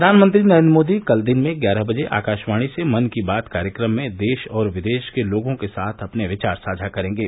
प्रधानमंत्री नरेन्द्र मोदी कल दिन में ग्यारह बजे आकाशवाणी से मन की बात कार्यक्रम में देश और विदेश के लोगों के साथ अपने विचार साझा करेंगे